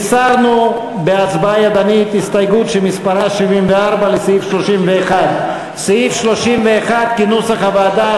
הסרנו בהצבעה ידנית את הסתייגות מס' 74 לסעיף 31. סעיף 31 כנוסח הוועדה,